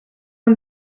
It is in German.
man